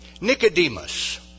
Nicodemus